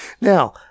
Now